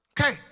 Okay